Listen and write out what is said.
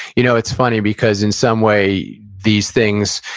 you know it's funny, because, in some way, these things,